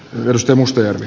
pyrstö mustajärvi